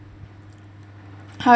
howe~